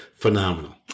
phenomenal